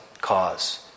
cause